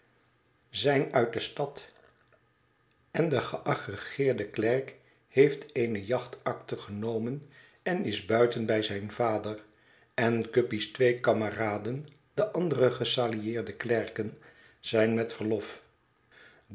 zijn uit de stad en de geagreëerde klerk heeft eene jachtakte genomen en is buiten bij zijn vader en guppy's twee kameraden de andere gesalarieerde klerken zijn met